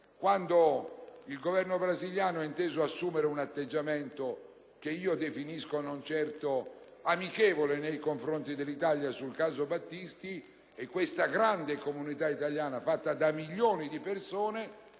me - il Governo brasiliano ha inteso assumere un atteggiamento, che io definisco non certo amichevole, nei confronti dell'Italia sul caso Battisti e la grande comunità italiana, fatta da milioni di persone,